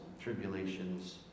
tribulations